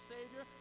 Savior